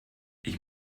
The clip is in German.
ich